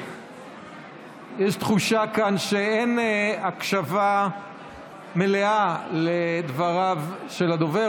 יש תחושה כאן שאין הקשבה מלאה לדבריו של הדובר,